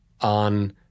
on